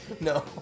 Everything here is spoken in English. No